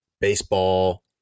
baseball